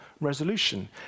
resolution